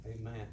Amen